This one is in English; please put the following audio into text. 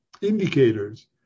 indicators